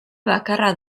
bakarra